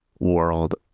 world